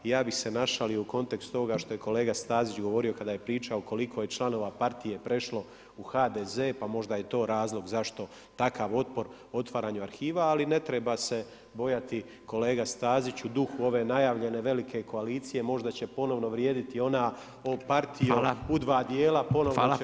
I ja bi se našalio u kontekstu ovoga što je kolega Stazić govorio, kada je pričao koliko je članova partije prešlo u HDZ pa možda je i to razlog, zašto takav otpor otvaranju arhiva, a li ne treba se bojati kolega Stazić u duhu ove najavljene velike koalicije, možda će ponovno vrijediti ona, o partijo u dva djela, ponovno će biti cijela.